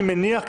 אני מניח,